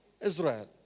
Israel